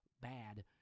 bad